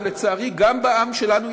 ולצערי גם בעם שלנו,